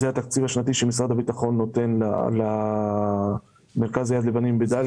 זה התקציב השנתי שמשרד הביטחון נותן למרכז יד לבנים בדליה.